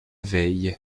veille